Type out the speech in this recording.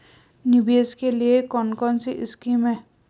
निवेश के लिए कौन कौनसी स्कीम हैं?